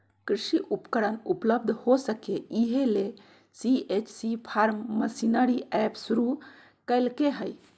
कृषि उपकरण उपलब्ध हो सके, इहे ले सी.एच.सी फार्म मशीनरी एप शुरू कैल्के हइ